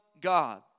God